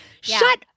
shut